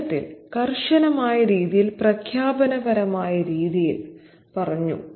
ഉച്ചത്തിൽ കർശനമായ രീതിയിൽ പ്രഖ്യാപനപരമായ രീതിയിൽ പറഞ്ഞു